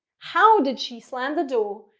how did she slam the door?